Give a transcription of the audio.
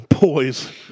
boy's